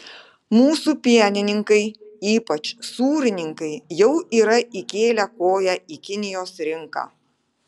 mūsų pienininkai ypač sūrininkai jau yra įkėlę koją į kinijos rinką